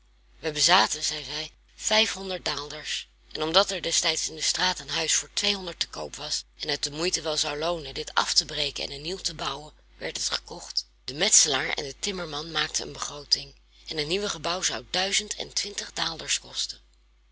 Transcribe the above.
wij bezaten zeide zij vijfhonderd daalders en omdat er destijds in de straat een huis voor tweehonderd te koop was en het de moeite wel zou loonen dit af te breken en een nieuw te bouwen werd het gekocht de metselaar en de timmerman maakten een begrooting en het nieuwe gebouw zou duizend en twintig daalders kosten